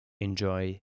enjoy